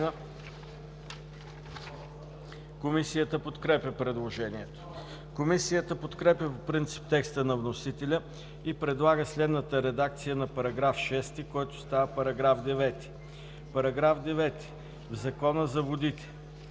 Комисията подкрепя предложението. Комисията подкрепя по принцип текста на вносителя и предлага следната редакция на § 6, който става § 9: § 9. В Закона за водите